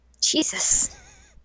Jesus